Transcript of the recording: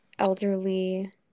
elderly